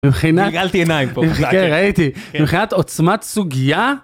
מבחינת... גילגלתי עיניים פה. כן, ראיתי. מבחינת עוצמת סוגיה...